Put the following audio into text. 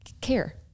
care